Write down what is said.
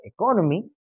economy